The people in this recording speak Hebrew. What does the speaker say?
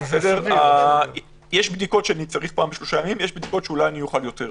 בשלושה ימים, יש שאוכל יותר אולי.